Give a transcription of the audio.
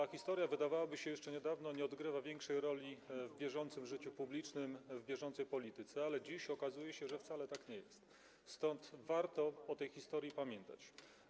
Jeszcze niedawno wydawałoby się, że ta historia nie odgrywa większej roli w bieżącym życiu publicznym, w bieżącej polityce, ale dziś okazuje się, że wcale tak nie jest, stąd warto o tej historii pamiętać.